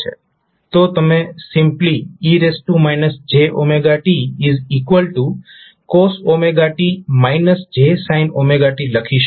તો તમે simply e jtcos t j sin t લખી શકો